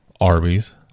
Arby's